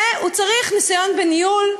והוא צריך ניסיון בניהול,